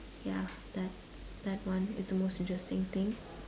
ya that that one is the most interesting thing